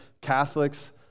Catholics